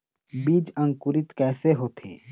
बीज अंकुरित कैसे होथे?